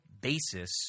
basis